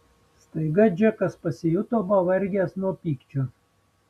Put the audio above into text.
staiga džekas pasijuto pavargęs nuo pykčio